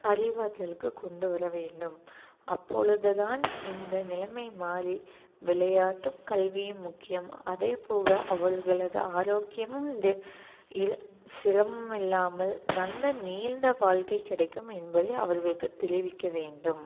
அறிவாற்றலுக்கு கொண்டு வர வேண்டும் அப்பொழுது தான் இந்த நிலைமை மாறி விளையாட்டும் கல்வியும் முக்கியம் அதை போக அவர்களது ஆரோக்கியமும் சிரமம் இல்லாமல் நல்ல நீண்ட வாழ்க்கை கிடைக்கும் என்பதை அவர்களுக்கு தெரிவிக்க வேண்டும்